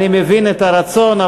אני מבין את הרצון,